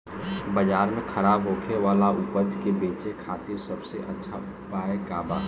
बाजार में खराब होखे वाला उपज को बेचे के खातिर सबसे अच्छा उपाय का बा?